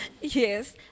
Yes